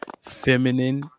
feminine